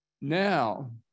Now